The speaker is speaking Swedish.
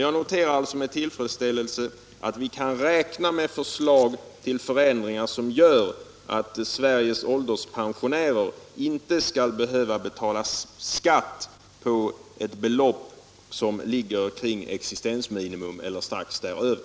Jag noterar alltså med tillfredsställelse att vi kan räkna med förslag till förändringar som gör att Sveriges ålderspensionärer inte skall behöva betala skatt på ett belopp som ligger kring existensminimum eller strax däröver.